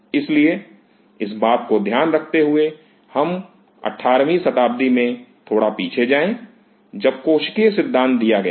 इसलिए इस बात को ध्यान में रखते हुए हम 18 वीं शताब्दी में थोड़ा पीछे जाएं जब कोशिकीय सिद्धांत दिया गया था